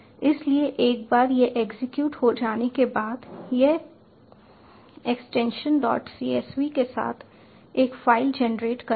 इसलिए एक बार यह एग्जीक्यूट हो जाने के बाद यह एक्सटेंशन डॉट csv के साथ एक फ़ाइल जनरेट करेगा